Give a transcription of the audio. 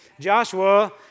Joshua